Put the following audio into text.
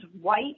white